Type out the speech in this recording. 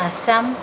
Assam